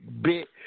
bit